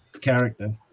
character